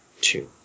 two